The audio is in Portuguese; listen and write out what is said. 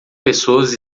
pessoas